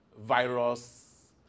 virus